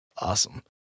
Awesome